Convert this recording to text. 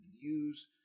use